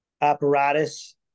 apparatus